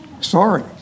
Sorry